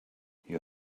you